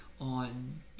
on